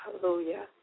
Hallelujah